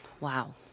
wow